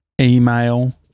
email